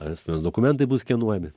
asmens dokumentai bus skenuojami